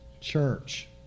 church